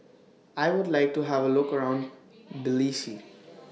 I Would like to Have A Look around Tbilisi